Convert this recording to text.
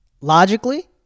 Logically